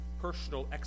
personal